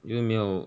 你又没有